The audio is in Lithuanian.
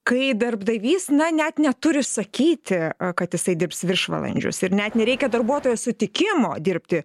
kai darbdavys na net neturi sakyti kad jisai dirbs viršvalandžius ir net nereikia darbuotojo sutikimo dirbti